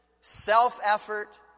...self-effort